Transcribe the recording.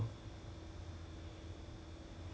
ya Zipair approach them but they rejected